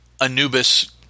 Anubis